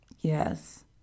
Yes